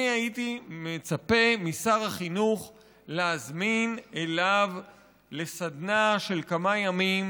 אני הייתי מצפה משר החינוך להזמין אליו לסדנה של כמה ימים